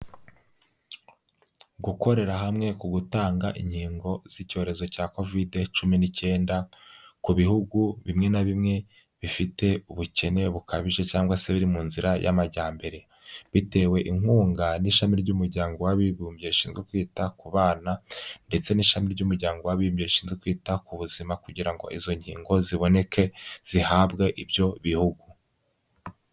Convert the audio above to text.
Gukorera hamwe ku gutanga inkingo z'icyorezo cya Covide cumi n'icyenda ku bihugu bimwe na bimwe bifite ubukene bukabije, cyangwa se biri mu nzira y'amajyambere, bitewe inkunga n'ishami ry'umuryango w'abibumbye rishinzwe kwita ku bana ndetse n'ishami ry'umuryango w'abimbye rishinzwe kwita ku buzima, kugira ngo izo ngingo ziboneke zihabwe ibyo bihugu.